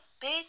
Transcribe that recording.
Big